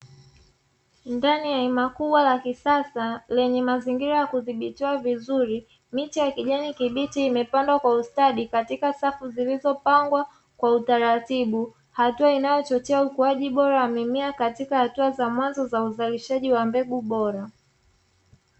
Ndani ya hema kubwa la kisasa lenye mazingira ya kudhibitiwa vizuri miche ya kijani kibichi imepandwa kwa ustadi katika safu zilizopangwa kwa utaratibu, hatua inayochochea ukuaji bora wa mimea katika hatua za mwanzo za uzalishaji wa mbegu bora.